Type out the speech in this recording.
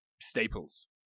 staples